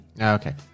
Okay